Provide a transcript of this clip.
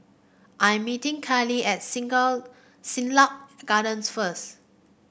I'm meeting Kaylee at Siglap Gardens first